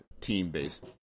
team-based